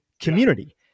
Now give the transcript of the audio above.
community